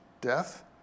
death